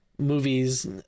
movies